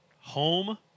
home